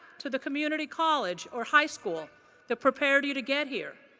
to the community college or high school that prepared you to get here.